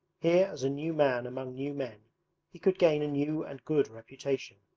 here as a new man among new men he could gain a new and good reputation.